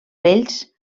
vells